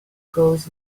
goes